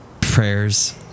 prayers